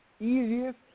easiest